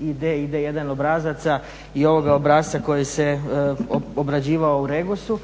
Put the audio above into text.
ID1 obrazaca i ovoga obrasca koji se obrađivao u regosu